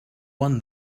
one